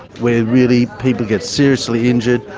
where really people get seriously injured,